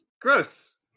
gross